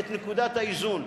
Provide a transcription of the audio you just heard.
את נקודת האיזון.